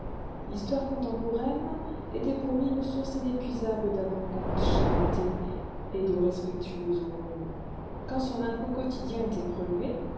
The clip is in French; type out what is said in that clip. l'histoire contemporaine était pour lui une source inépuisable d'abondantes charités et de respectueuses aumônes quand son impôt quotidien était prélevé